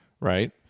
right